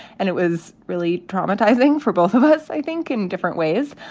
and it was really traumatizing for both of us. i think in different ways.